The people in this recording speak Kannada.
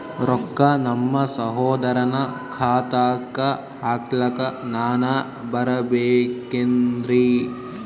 ರೊಕ್ಕ ನಮ್ಮಸಹೋದರನ ಖಾತಾಕ್ಕ ಹಾಕ್ಲಕ ನಾನಾ ಬರಬೇಕೆನ್ರೀ?